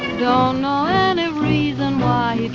don't know any reason why